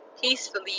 peacefully